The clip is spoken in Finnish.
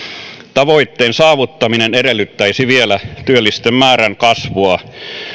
tavoitteen saavuttaminen edellyttäisi työllisten määrän kasvua vielä